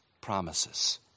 promises